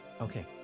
Okay